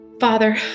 Father